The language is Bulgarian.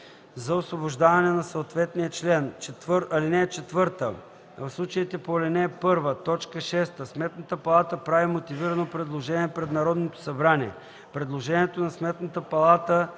за освобождаване на съответния член. (4) В случаите по ал. 1, т. 6 Сметната палата прави мотивирано предложение пред Народното събрание. Предложението на Сметната палата